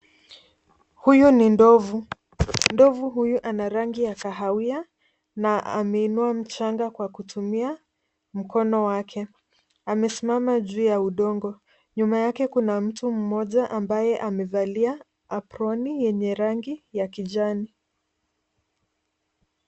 Huyu ni ndovu. Ndovu huyu ana rangi ya kahawia na ameinua mchanga kwa kutumia mkono wake. Amesimama juu ya udongo. Nyuma yake kuna mtu mmoja ambaye amevalia aproni yenye rangi ya kijani.